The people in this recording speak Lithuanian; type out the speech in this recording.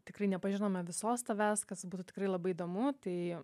tikrai nepažinome visos tavęs kas būtų tikrai labai įdomu tai